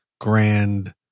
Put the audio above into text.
grand